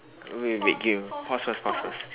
wait wait wait give me pause first pause first